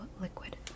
Liquid